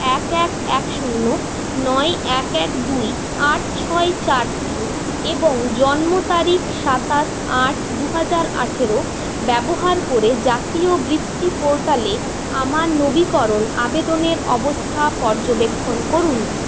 এক এক এক শূন্য নয় এক এক দুই আট ছয় চার তিন এবং জন্ম তারিখ সাতাশ আট দু হাজার আঠেরো ব্যবহার করে জাতীয় বৃত্তি পোর্টালে আমার নবীকরণ আবেদনের অবস্থা পর্যবেক্ষণ করুন